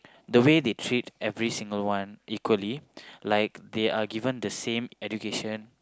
the way they treat every single one equally like they are given the same education